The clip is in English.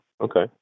Okay